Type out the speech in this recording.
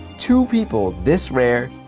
two people this rare,